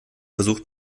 versucht